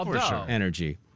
energy